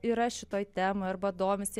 yra šitoj temoj arba domisi